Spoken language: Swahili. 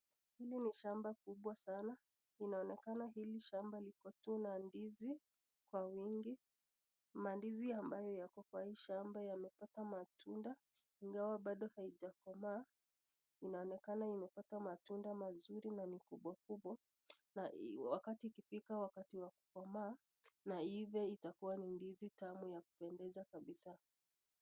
Hii ni shamba kubwa sana inaonekana hili shamba liko tu na ndizi kwa wingi mandizi ambayo yako kwa hii shamba yamepata matunda ingawa bado haijakomaa inaonekana imepata matunda mazuri na makubwa kubwa na wakati ikifika wakati wa kukomaa na iive itakuwa ni ndizi tamu ya kupendeza kabisa.